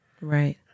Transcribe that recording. Right